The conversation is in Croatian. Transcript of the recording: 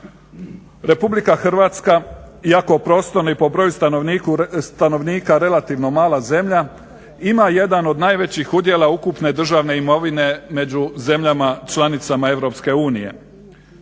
Republika Hrvatska iako prostorno i po broju stanovnika relativno mala zemlja ima jedan od najvećih udjela ukupne državne imovine među zemljama članicama EU.